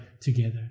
together